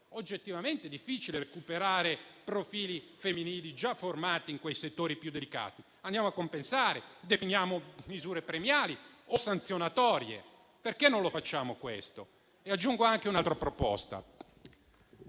oggettivamente è difficile recuperare profili femminili già formati. Andiamo a compensare, definiamo misure premiali o sanzionatorie. Perché non lo facciamo? Aggiungo anche un'altra proposta: